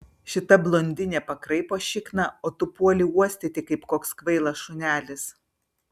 šita blondinė pakraipo šikną o tu puoli uostyti kaip koks kvailas šunelis